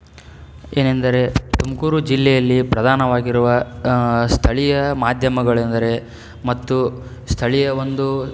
ಏನೆಂದರೆ ತುಮಕೂರು ಜಿಲ್ಲೆಯಲ್ಲಿ ಪ್ರಧಾನವಾಗಿರುವ ಸ್ಥಳೀಯ ಮಾಧ್ಯಮಗಳೆಂದರೆ ಮತ್ತು ಸ್ಥಳೀಯ ಒಂದು